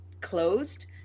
closed